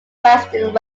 western